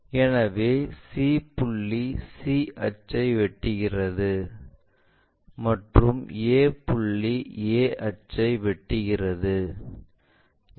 எனவே c புள்ளி c அச்சை வெட்டுகிறது மற்றும் a புள்ளி a அச்சை வெட்டுகிறது